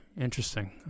Interesting